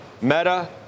Meta